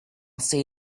say